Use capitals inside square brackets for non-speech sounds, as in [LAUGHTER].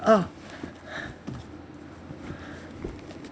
a'ah [BREATH]